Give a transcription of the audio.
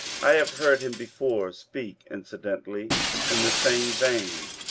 i have heard him before speak incidentally in the same vein,